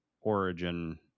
origin